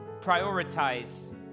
prioritize